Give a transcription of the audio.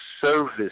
service